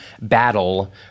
battle